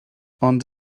ond